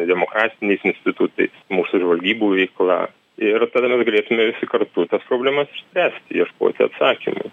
demokratiniais institutais mūsų žvalgybų veikla ir tada mes galėsime visi kartu tas problemas išspręsti ieškoti atsakymų